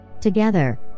together